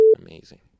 amazing